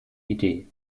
idee